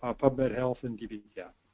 ah pubmed but health, and dbgap.